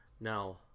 Now